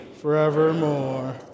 forevermore